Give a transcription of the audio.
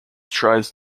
tries